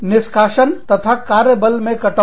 निष्कासन तथा कार्यबल में कटौती